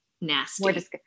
nasty